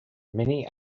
many